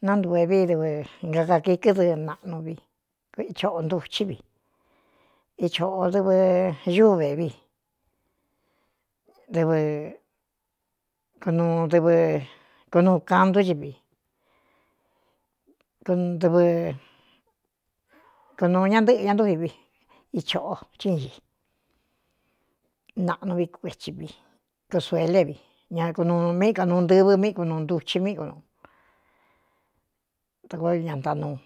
nnántuv ē vi dɨvɨ ngakaki kɨ́dɨ naꞌnu vi kichoꞌo ntuchí vi ichōꞌo dɨvɨ ñúve viɨɨdɨɨ kunuu kandún ci vi ɨɨkunūu ñantɨ́ꞌɨ ña ntúvi vi ichōꞌo chíin ci naꞌnu ví kuei vi kosuelé vi ña kn míꞌi kanuu ntɨvɨ míꞌ kunuu ntuchi míꞌi knu a koo ña ntaꞌnuu.